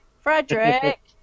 Frederick